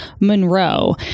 Monroe